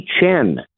chen